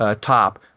top